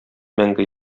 мәңге